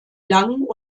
lang